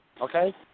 okay